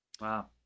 Wow